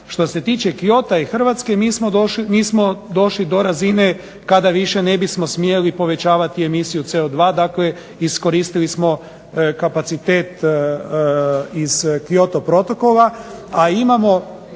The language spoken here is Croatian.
Što se tiče Kyota i Hrvatske mi smo došli do razine kada više ne bismo smjeli povećavati emisiju CO2, dakle iskoristili smo kapacitet iz Kyoto protokola. A imamo